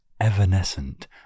evanescent